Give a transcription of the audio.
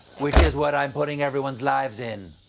which is what i'm putting everyone's lives in.